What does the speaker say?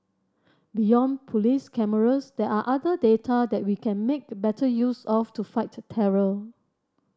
beyond police cameras there are other data that we can make the better use of to fight terror